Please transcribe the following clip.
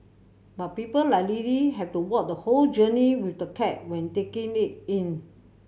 but people like Lily have to walk the whole journey with the cat when taking it in